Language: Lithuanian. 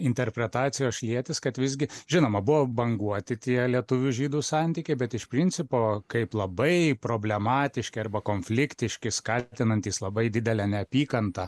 interpretacijos šlietis kad visgi žinoma buvo banguoti tie lietuvių žydų santykiai bet iš principo kaip labai problematiški arba konfliktiški skatinantys labai didelę neapykantą